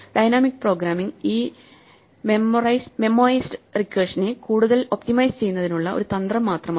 dynamic programming ഈ memoized റിക്കർഷനെ കൂടുതൽ ഒപ്റ്റിമൈസ് ചെയ്യുന്നതിനുള്ള ഒരു തന്ത്രം മാത്രമാണ്